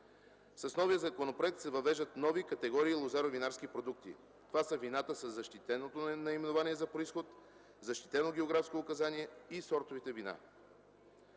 С новия законопроект се въвеждат нови категории лозаро-винарски продукти – вината със защитено наименование за произход, защитено биографско указание и сортови вина.